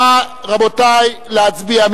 רבותי, נא להצביע.